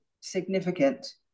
significant